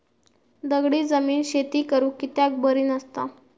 दगडी जमीन शेती करुक कित्याक बरी नसता?